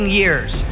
years